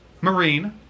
marine